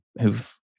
who've